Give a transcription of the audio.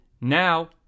Now